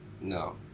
no